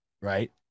right